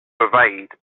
evade